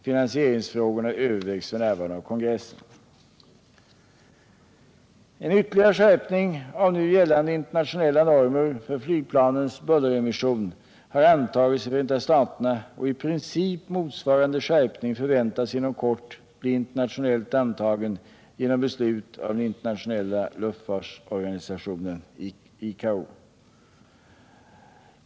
Finansieringsfrågorna övervägs f.n. av kongressen. En ytterligare skärpning av nu gällande internationella normer för flygplanens bulleremission har antagits i Förenta staterna, och i princip motsvarande skärpning förväntas inom kort bli internationellt antagen genom beslut av den internationella luftfartsorganisationen ICAO.